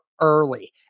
early